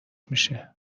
میشه